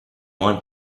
want